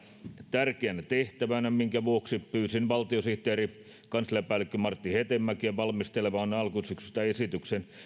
tärkeänä tehtävänä minkä vuoksi pyysin valtiosihteeri kansliapäällikkö martti hetemäkeä valmistelemaan alkusyksystä esityksen